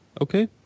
Okay